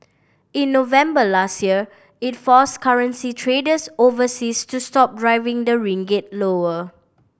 in November last year it forced currency traders overseas to stop driving the ringgit lower